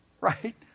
Right